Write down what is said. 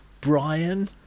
Brian